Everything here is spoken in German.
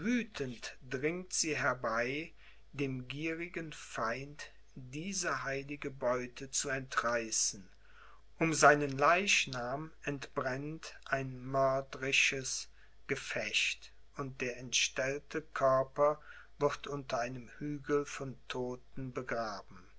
dringt sie herbei dem gierigen feind diese heilige beute zu entreißen um seinen leichnam entbrennt ein mörderisches gefecht und der entstellte körper wird unter einem hügel von todten begraben